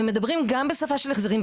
והם מדברים גם בשפה של החזרים,